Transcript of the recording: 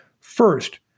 First